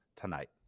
tonight